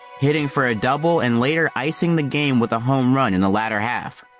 hitting for a double and later icing the game with a home-run in the latter half.